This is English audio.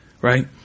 Right